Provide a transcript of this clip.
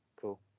cool